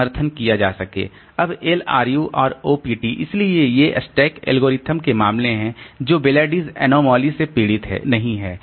अब LRU और OPT इसलिए ये स्टैक एल्गोरिदम के मामले हैं जो बेलीडीजअनोमालीBelady's anomaly से पीड़ित नहीं हैं